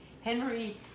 Henry